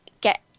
get